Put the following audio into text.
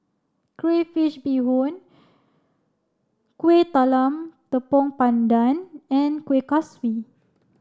Crayfish Beehoon Kueh Talam Tepong Pandan and Kuih Kaswi